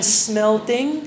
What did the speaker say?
smelting